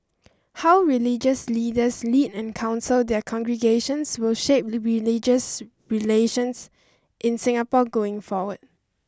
how religious leaders lead and counsel their congregations will shape the religious relations in Singapore going forward